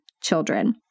children